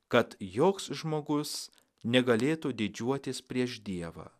kad joks žmogus negalėtų didžiuotis prieš dievą